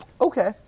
Okay